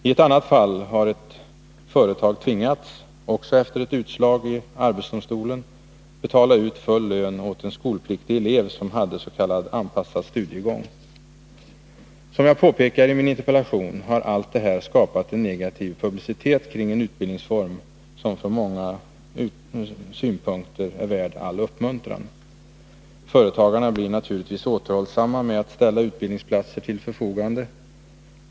I ett annat fall har ett företag tvingats — också efter ett utslag i arbetsdomstolen — betala ut full lön åt en skolpliktig elev som hade s.k. anpassad studiegång. Som jag påpekar i min interpellation har allt det här skapat en negativ publicitet kring en utbildningsform som från många synpunkter är värd all uppmuntran. Företagarna blir naturligtvis återhållsamma med att ställa utbildningsplatser till förfogande.